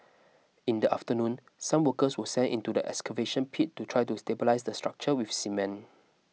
in the afternoon some workers were sent into the excavation pit to try to stabilise the structure with cement